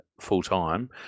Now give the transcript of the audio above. full-time